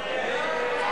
הצעת סיעת